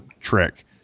Trick